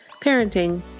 parenting